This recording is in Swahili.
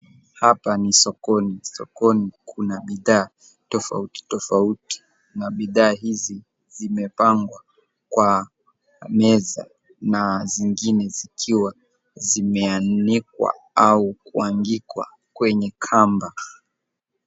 Hapa ni sokoni. Sokoni kuna bidhaa tofauti tofouti na bidhaa hizi zimepangwa kera meza na zingine zikiwa zimeanikwa au kupangikwa kwenye kamba.